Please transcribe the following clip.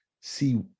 see